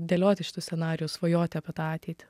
dėlioti šitus scenarijus svajoti apie tą ateitį